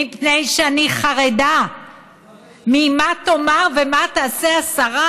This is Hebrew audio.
מפני שאני חרדה ממה שתאמר וממה שתעשה השרה